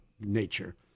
Nature